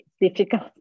difficult